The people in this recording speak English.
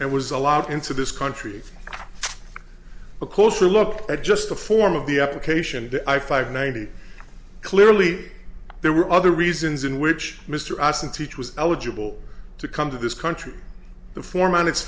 and was a lot into this country a closer look at just the form of the application the i five ninety clearly there were other reasons in which mr awesome teacher was eligible to come to this country the form